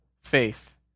Faith